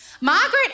Margaret